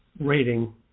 rating